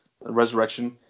Resurrection